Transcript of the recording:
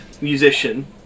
musician